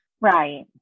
Right